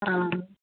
हँ